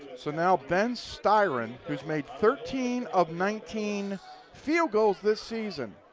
so now ben styron, who has made thirteen of nineteen field goals this season.